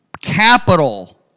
capital